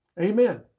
Amen